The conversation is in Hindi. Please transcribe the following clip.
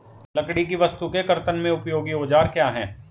लकड़ी की वस्तु के कर्तन में उपयोगी औजार क्या हैं?